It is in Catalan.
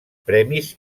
premis